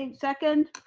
and second,